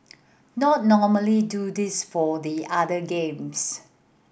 not normally do this for the other games